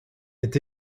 est